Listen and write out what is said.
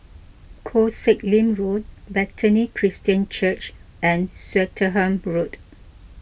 Koh Sek Lim Road Bethany Christian Church and Swettenham Road